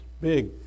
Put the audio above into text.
big